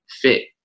fit